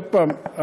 עוד הפעם,